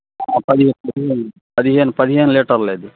పది పదిహేను పదిహేను పదిహేను లీటర్లు అది